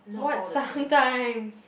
what sometimes